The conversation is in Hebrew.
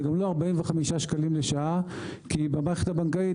גם לא 45 שקלים לשעה כי במערכת הבנקאית,